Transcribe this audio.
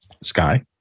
Sky